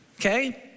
Okay